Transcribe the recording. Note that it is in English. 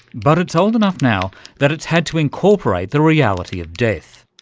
but it's old enough now that it's had to incorporate the reality of death.